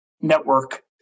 network